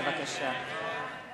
בבקשה.